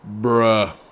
Bruh